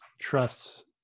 Trust